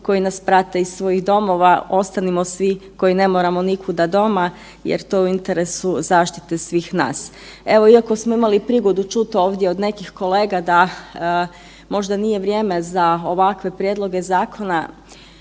koji nas prate iz svojih domova, ostanimo svi koji ne moramo nikuda doma jer to je u interesu zaštite svih nas. Evo iako smo imali prigodu čuti ovdje od nekih kolega da možda nije vrijeme za ovakve prijedloga zakona,